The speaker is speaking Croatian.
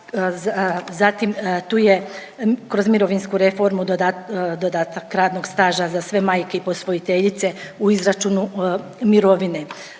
zatim tu je kroz mirovinsku reformu dodatak radnog staža za sve majke i posvojiteljice u izračunu mirovine,